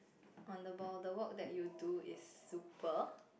on the ball the work that you do is super